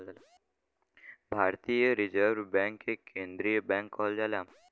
भारतीय reserve bank के केन्द्रीय बैंक कहल जाला